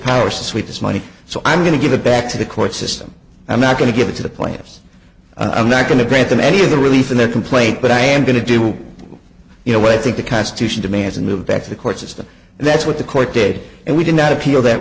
power sweetest money so i'm going to give it back to the court system i'm not going to give it to the plaintiffs i'm not going to grant them any of the relief in their complaint but i am going to do you know what i think the constitution demands and move back to the court system and that's what the court did and we did not appeal that